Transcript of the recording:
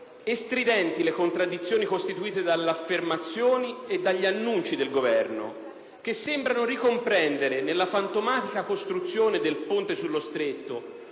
e stridenti le contraddizioni costituite dalle affermazioni e dagli annunci del Governo, che sembrano ricomprendere nella fantomatica costruzione del ponte sullo Stretto